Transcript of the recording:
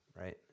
right